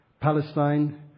Palestine